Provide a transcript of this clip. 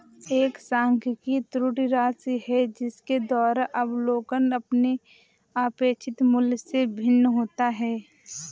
एक सांख्यिकी त्रुटि राशि है जिसके द्वारा एक अवलोकन अपने अपेक्षित मूल्य से भिन्न होता है